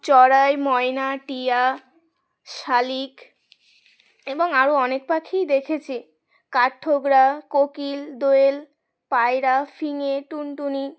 চড়াই ময়না টিয়া শালিক এবং আরও অনেক পাখিই দেখেছি কাঠঠোকরা কোকিল দোয়েল পায়রা ফিঙে টুনটুনি